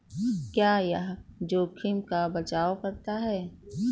क्या यह जोखिम का बचाओ करता है?